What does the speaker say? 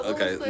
Okay